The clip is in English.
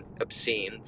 obscene